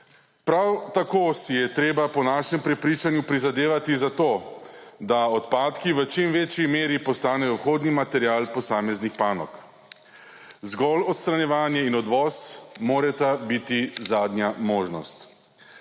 Prav tako si je treba po našem prepričanju prizadevati za to, da odpadki v čim večji meri postanejo vhodni material posameznih panog; zgolj odstranjevanje in odvoz morata biti zadnja možnost.